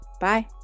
Bye